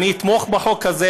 אני אתמוך החוק הזה,